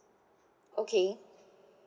okay